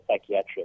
psychiatric